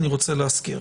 אני רוצה להזכיר.